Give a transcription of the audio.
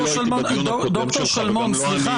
אני לא הייתי בדיון הקודם שלך וגם לא אני